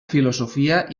filosofia